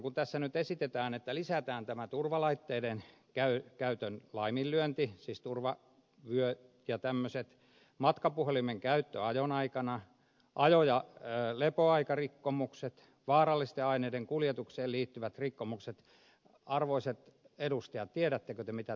kun tässä nyt esitetään että lisätään tämä turvalaitteiden käytön laiminlyönti siis turvavyöt ja tämmöiset matkapuhelimen käyttö ajon aikana ajo ja lepoaikarikkomukset vaarallisten aineiden kuljetukseen liittyvät rikkomukset niin arvoisat edustajat tiedättekö te mitä tämä tarkoittaa